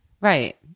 Right